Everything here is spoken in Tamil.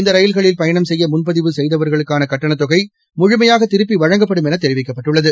இந்த ரயில்களில் பயணம் செய்ய முன்பதிவு செய்தவர்களுக்கான கட்டணத் தொகை முழுமையாக திருப்பி வழங்கப்படும் என தெரிவிக்கப்பட்டுள்ளது